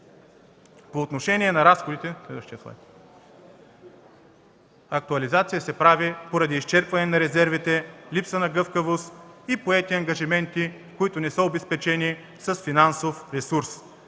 По отношение на разходите, актуализация се прави поради изчерпване на резервите, липса на гъвкавост и поети ангажименти, които не са обезпечени с финансов ресурс.